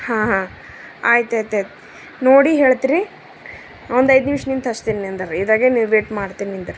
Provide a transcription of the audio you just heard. ಹಾಂ ಹಾಂ ಆಯ್ತು ಆಯ್ತು ಆಯ್ತು ನೋಡಿ ಹೇಳ್ತೆ ರೀ ಒಂದು ಐದು ನಿಮಿಷ ನಿಂತು ಹಚ್ತೀನಿ ನಿಂದರ್ ರೀ ಇದರಾಗೆ ನಿಮ್ಗೆ ವೇಟ್ ಮಾಡ್ತೀನಿ ನಿಂದರ್ ರೀ